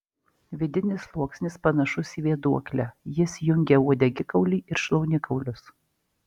vidinis sluoksnis panašus į vėduoklę jis jungia uodegikaulį ir šlaunikaulius